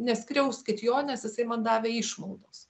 neskriauskit jo nes jisai man davė išmaldos